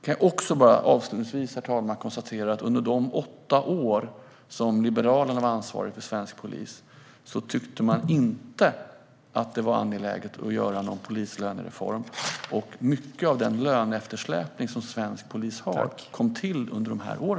Herr talman! Avslutningsvis kan jag konstatera att Liberalerna, under de åtta år som de var ansvariga för svensk polis, inte tyckte att det var angeläget att göra någon polislönereform. Mycket av den löneeftersläpning som svensk polis har kom till under dessa år.